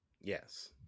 Yes